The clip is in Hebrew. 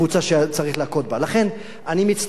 לכן אני מצטער שאין מודל אחד,